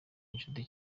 inshuti